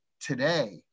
today